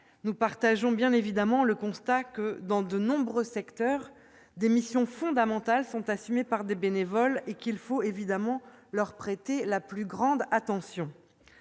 Nous partageons bien évidemment le constat que, dans de nombreux secteurs, des missions fondamentales sont assumées par des bénévoles et qu'il faut leur prêter la plus grande attention.